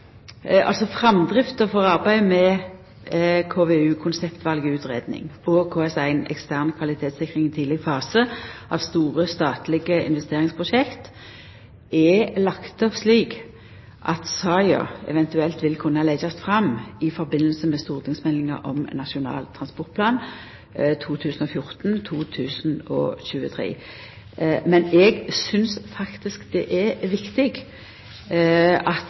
Framdrifta for arbeidet med KVU, konseptvalgutredning, og KS1, ekstern kvalitetssikring i tidleg fase av store, statlege investeringsprosjekt, er lagt opp slik at saka eventuelt vil kunna leggjast fram i samband med stortingsmeldinga om Nasjonal transportplan 2014–2023. Men eg synest det er viktig at